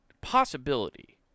possibility